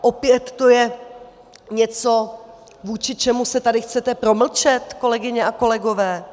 Opět to je něco, vůči čemu se tady chcete promlčet, kolegyně a kolegové?